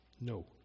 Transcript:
No